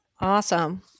Awesome